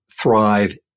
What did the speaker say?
thrive